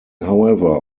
however